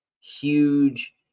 huge